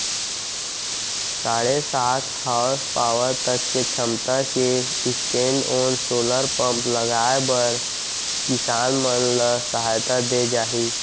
साढ़े सात हासपावर तक के छमता के स्टैंडओन सोलर पंप लगाए बर किसान मन ल सहायता दे जाही